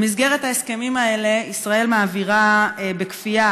במסגרת ההסכמים האלה ישראל מעבירה בכפייה